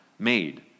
made